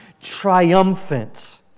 Triumphant